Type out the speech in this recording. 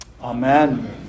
Amen